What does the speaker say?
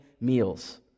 meals